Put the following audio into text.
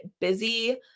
busy